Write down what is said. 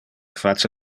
face